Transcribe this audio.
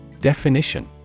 Definition